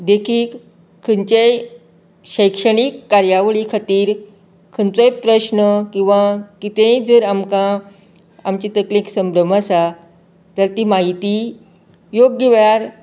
देखीक खंयचेय शैक्षणीक कार्यावळी खातीर खंयचोय प्रस्न किंवां कितेंय जर आमकां आमचें तकलेक समजम आसा तर ती म्हायती योग्य वेळार